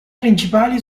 principali